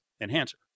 enhancer